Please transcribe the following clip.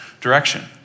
direction